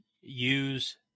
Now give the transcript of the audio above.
use